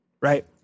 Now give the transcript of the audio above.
right